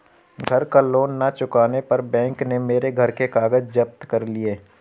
घर का लोन ना चुकाने पर बैंक ने मेरे घर के कागज जप्त कर लिए